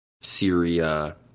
Syria